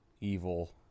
evil